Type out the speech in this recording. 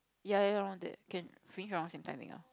ya around that can finish around same timing ah